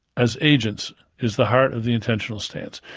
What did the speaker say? as agents is the heart of the intentional stance.